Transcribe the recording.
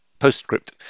Postscript